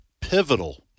pivotal